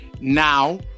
Now